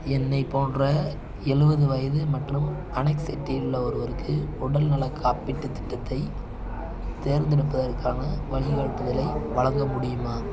என்னைப் போன்ற எழுவது வயது மற்றும் அனக்ஸைட்டியில் உள்ள ஒருவருக்கு உடல்நலக் காப்பீட்டுத் திட்டத்தைத் தேர்ந்தெடுப்பதற்கான வழிகாட்டுதலை வழங்க முடியுமா